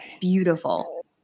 beautiful